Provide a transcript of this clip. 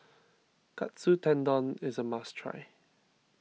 Katsu Tendon is a must try